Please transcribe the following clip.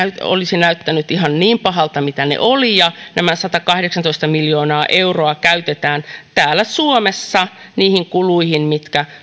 olisi näyttäneet ihan niin pahoilta kuin mitä ne olivat ja nämä satakahdeksantoista miljoonaa euroa käytetään täällä suomessa niihin kuluihin mitkä